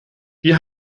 wie